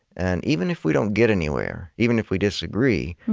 and even if we don't get anywhere, even if we disagree,